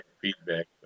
feedback